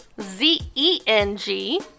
z-e-n-g